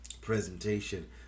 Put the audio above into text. presentation